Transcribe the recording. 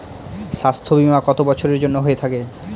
স্বাস্থ্যবীমা কত বছরের জন্য হয়ে থাকে?